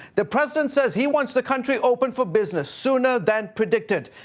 the president says he wants the country open for business sooner than predicted,